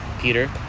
Peter